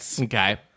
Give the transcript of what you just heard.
Okay